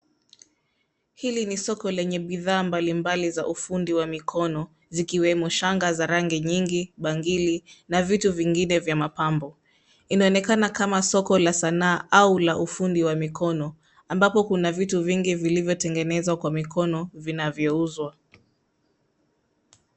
Hili ni soko lenye bidhaa mbalimbali za ufundi wa mikono zikiwemo shanga za rangi nyingi, bangili na vitu vingine vya mapambo. Inaonekana kama soko la Sanaa au la ufundi wa mikono ambapo kuna vitu vingi vilivyotengenezwa kwa mikono vinavyouzwa.